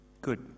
Good